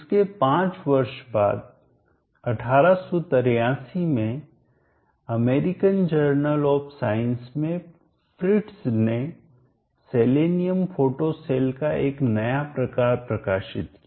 इसके 5 वर्ष बाद 1883 में अमेरिकन जर्नल ऑफ साइंस में फ्रिट्ज ने सेलेनियम फोटो सेल का एक नया प्रकार प्रकाशित किया